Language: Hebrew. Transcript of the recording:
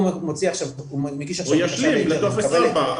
הוא צריך לבצע עבודה של השלמת ממ"ד.